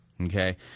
Okay